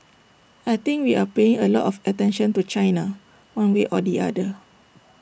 I think we are paying A lot of attention to China one way or the other